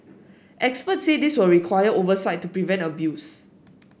experts say this will require oversight to prevent abuse